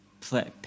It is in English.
play